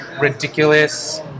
ridiculous